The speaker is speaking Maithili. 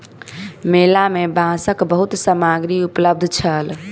मेला में बांसक बहुत सामग्री उपलब्ध छल